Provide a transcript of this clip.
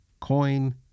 coin